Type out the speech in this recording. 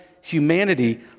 humanity